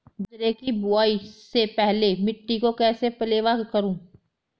बाजरे की बुआई से पहले मिट्टी को कैसे पलेवा करूं?